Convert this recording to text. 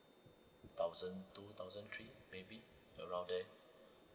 thousand two thousand three maybe around there